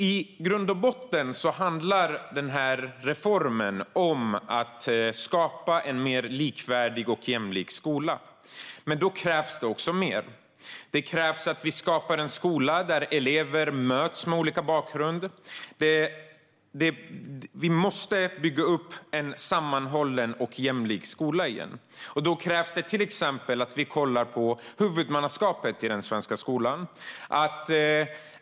I grund och botten handlar reformen om att skapa en mer likvärdig och jämlik skola. Men då krävs också mer. Det krävs att vi skapar en skola där elever med olika bakgrund möts. Vi måste bygga upp en sammanhållen och jämlik skola igen. Då krävs att vi till exempel tittar på huvudmannaskapet i den svenska skolan.